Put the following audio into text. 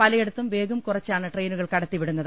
പലയിടത്തും വേഗം കുറച്ചാണ് ട്രെയിനു കൾ കടത്തിവിടുന്നത്